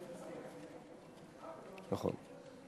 נכון.